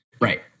Right